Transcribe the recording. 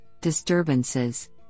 disturbances